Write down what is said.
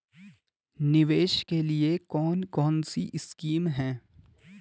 निवेश के लिए कौन कौनसी स्कीम हैं?